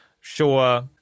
sure